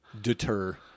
deter